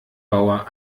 bauer